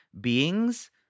beings